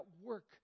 work